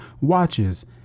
watches